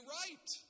right